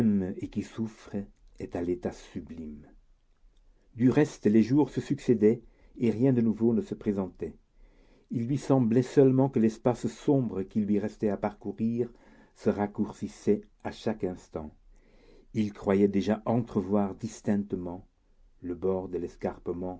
et qui souffre est à l'état sublime du reste les jours se succédaient et rien de nouveau ne se présentait il lui semblait seulement que l'espace sombre qui lui restait à parcourir se raccourcissait à chaque instant il croyait déjà entrevoir distinctement le bord de l'escarpement